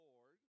Lord